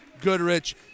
Goodrich